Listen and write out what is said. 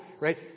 right